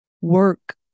Work